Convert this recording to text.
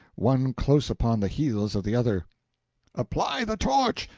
one close upon the heels of the other apply the torch!